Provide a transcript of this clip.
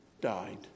died